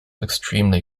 extremely